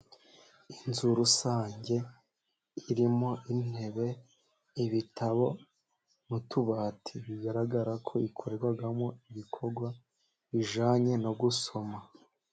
Inzu rusange irimo intebe, ibitabo nu tubati, bigaragara ko ikoregwamo ibikorwa bijyanye no gusoma.